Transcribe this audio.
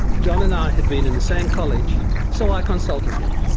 john and i had been in the same college so i consulted him.